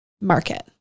market